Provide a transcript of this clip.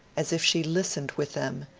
as if she listened with them,